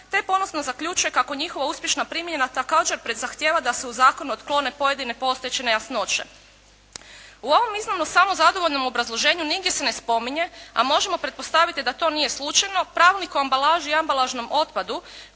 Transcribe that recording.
te ponosno zaključuje kako njihova uspješna primjena također zahtijeva da se u zakonu otklone pojedine postojeće nejasnoće. U ovom iznimno samozadovoljnom obrazloženju nigdje se ne spominje a možemo pretpostaviti da to nije slučajno Pravilnik o ambalaži i ambalažnom otpadu